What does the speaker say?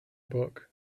book